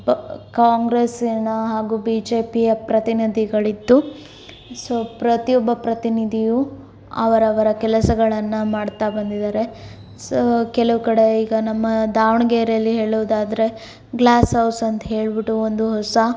ಕಾಂಗ್ರೆಸ್ಸಿನ ಹಾಗೂ B J ಪಿಯ ಪ್ರತಿನಿಧಿಗಳಿದ್ದು ಸೋ ಪ್ರತಿಯೊಬ್ಬ ಪ್ರತಿನಿಧಿಯು ಅವರವರ ಕೆಲಸಗಳನ್ನು ಮಾಡ್ತಾ ಬಂದಿದ್ದಾರೆ ಸೋ ಕೆಲವು ಕಡೆ ಈಗ ನಮ್ಮ ದಾವಣಗೆರೆಯಲ್ಲಿ ಹೇಳೋದಾದ್ರೆ ಗ್ಲಾಸ್ ಹೌಸ್ ಅಂತ ಹೇಳಿಬಿಟ್ಟು ಒಂದು ಹೊಸ